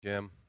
Jim